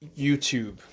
YouTube